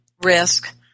risk